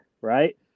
right